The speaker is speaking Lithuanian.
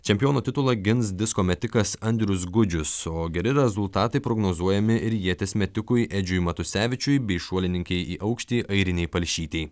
čempiono titulą gins disko metikas andrius gudžius o geri rezultatai prognozuojami ir ieties metikui edžiui matusevičiui bei šuolininkei į aukštį airinei palšytei